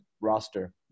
roster